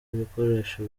ibikoresho